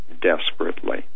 desperately